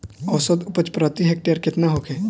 औसत उपज प्रति हेक्टेयर केतना होखे?